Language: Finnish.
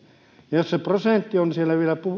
jos se prosentti on siellä vielä